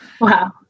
wow